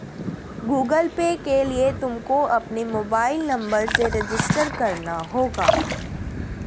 Google Pay के लिए तुमको अपने मोबाईल नंबर से रजिस्टर करना होगा